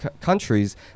countries